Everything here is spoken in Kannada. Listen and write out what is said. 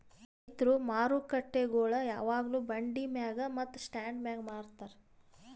ರೈತುರ್ ಮಾರುಕಟ್ಟೆಗೊಳ್ ಯಾವಾಗ್ಲೂ ಬಂಡಿ ಮ್ಯಾಗ್ ಮತ್ತ ಸ್ಟಾಂಡ್ ಮ್ಯಾಗ್ ಮಾರತಾರ್